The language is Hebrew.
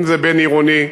אם בין-עירוני,